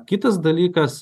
kitas dalykas